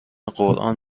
قرآن